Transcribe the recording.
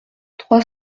trois